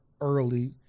early